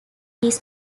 his